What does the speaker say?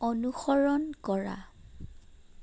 অনুসৰণ কৰা